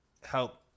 help